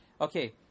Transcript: okay